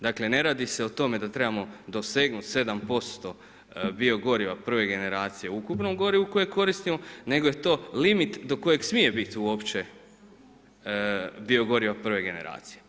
Dakle ne radi se i tome da trebamo dosegnuti 7% bio goriva prve generacije u ukupnom gorivu koje koristimo, nego je to limit do kojeg smije bit uopće bio goriva prve generacije.